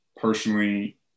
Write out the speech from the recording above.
personally